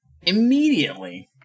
immediately